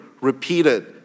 repeated